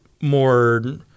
more